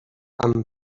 amb